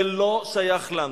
זה לא שייך לנו.